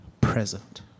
present